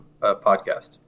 podcast